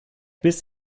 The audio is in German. biss